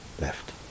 left